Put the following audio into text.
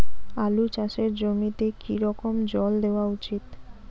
আলু চাষের জমিতে কি রকম জল দেওয়া উচিৎ?